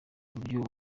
uburyo